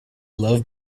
love